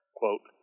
quote